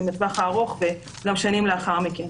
הן לטווח הארוך וגם שנים לאחר מכן.